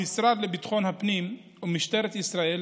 המשרד לביטחון הפנים ומשטרת ישראל